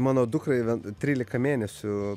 mano dukrai trylika mėnesių